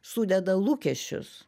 sudeda lūkesčius